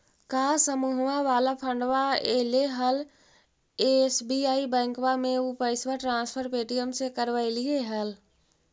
का समुहवा वाला फंडवा ऐले हल एस.बी.आई बैंकवा मे ऊ पैसवा ट्रांसफर पे.टी.एम से करवैलीऐ हल?